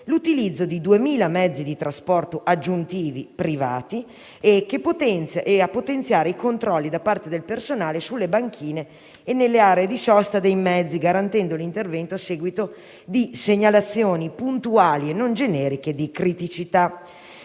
l'utilizzo di 2000 mezzi di trasporto aggiuntivi privati, e a potenziare i controlli da parte del personale sulle banchine e nelle aree di sosta dei mezzi, garantendo l'intervento a seguito di segnalazioni puntuali e non generiche di criticità.